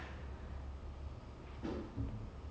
then I feel that this guy is like the age is right